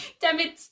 damit